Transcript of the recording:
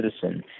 citizen